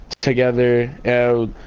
together